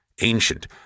Ancient